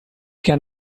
can